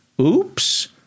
oops